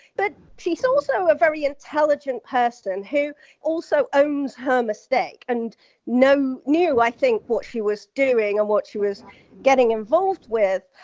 but she's also a very intelligent person who also owns her mistake and knew, i think, what she was doing, and what she was getting involved with.